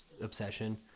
obsession